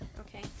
Okay